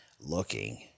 looking